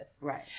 right